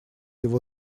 его